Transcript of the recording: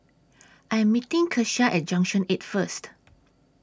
I Am meeting Kesha At Junction eight First